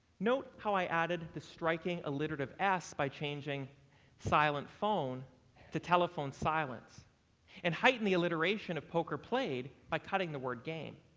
note how i added the striking alliterative s by changing silent phone to telephone silence and heighten the alliteration of poker played by cutting the word game.